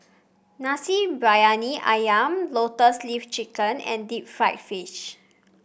Nasi Briyani ayam Lotus Leaf Chicken and Deep Fried Fish